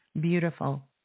Beautiful